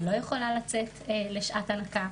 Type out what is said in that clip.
אני לא יכולה לצאת לשעת הנקה.